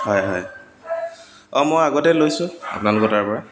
হয় হয় অঁ মই আগতে লৈছোঁ আপোনালোকৰ তাৰ পৰা